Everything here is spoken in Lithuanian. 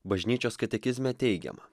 bažnyčios katekizme teigiama